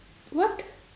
what